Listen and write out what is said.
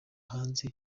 hanze